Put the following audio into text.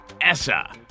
Essa